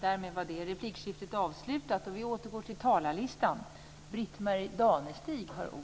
Fru talman!